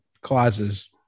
clauses